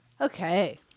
Okay